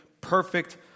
perfect